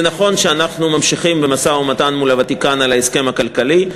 זה נכון שאנחנו ממשיכים במשא-ומתן מול הוותיקן על ההסכם הכלכלי.